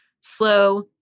slow